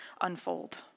unfold